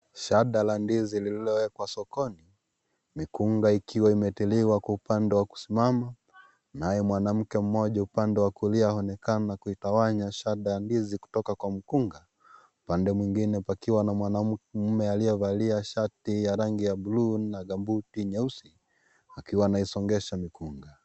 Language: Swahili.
Shada la ndizi lililowekwa sokoni mikunga ikiwa imetiliwa kwa upande wa kusimama naye mwanamke mmoja upande wa kulia aonekana kuitawanya shada ya ndizi kutoka kwa mkunga upande mwingine pakiwa na mwanaume aliyevalia shati ya rangi ya bluu na gambuti nyeusi akiwa anaisongesha mikunga.